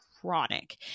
chronic